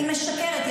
היא משקרת.